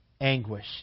anguish